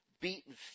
beaten